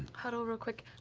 huddle real quick.